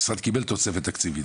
המשרד קיבל תוספת תקציבית,